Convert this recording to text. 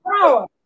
Power